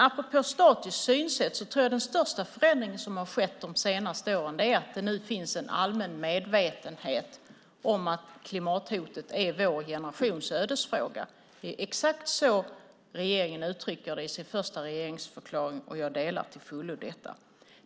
Apropå statiskt synsätt tror jag att den största förändring som skett de senaste åren är att det nu finns en allmän medvetenhet om att klimathotet är vår generations ödesfråga. Det är exakt så regeringen uttrycker det i sin första regeringsförklaring, och jag delar till fullo det synsättet.